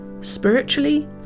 spiritually